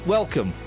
Welcome